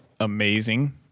amazing